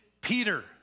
Peter